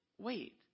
wait